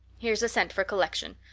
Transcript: here's a cent for collection.